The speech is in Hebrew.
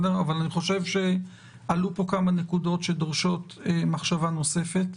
אבל אני חושב שעלו פה כמה נקודות שדורשות מחשבה נוספת.